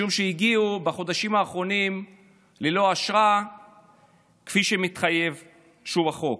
משום שהגיעו בחודשים האחרונים ללא אשרה כפי שמתחייב בחוק.